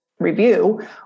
review